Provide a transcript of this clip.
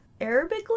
Arabic